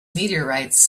meteorites